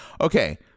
Okay